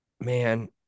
Man